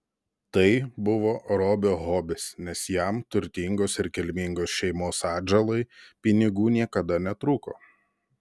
tai buvo robio hobis nes jam turtingos ir kilmingos šeimos atžalai pinigų niekada netrūko